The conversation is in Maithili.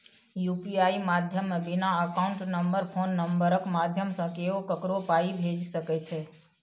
यु.पी.आइ माध्यमे बिना अकाउंट नंबर फोन नंबरक माध्यमसँ केओ ककरो पाइ भेजि सकै छै